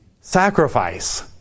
sacrifice